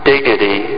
Dignity